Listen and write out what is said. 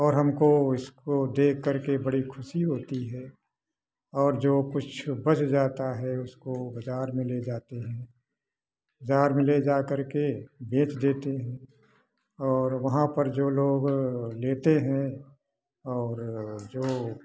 और हमको इसको देखकर के बड़ी ख़ुशी होती है और जो कुछ बच जाता है उसको बाजार में ले जाते हैं बाजार में ले जाकर के बेच देते हैं और वहाँ पर जो लोग लेते हैं और जो